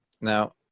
Now